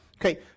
Okay